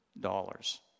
dollars